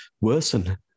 worsen